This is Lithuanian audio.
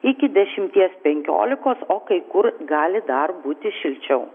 iki dešimties penkiolikos o kai kur gali dar būti šilčiau